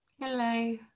Hello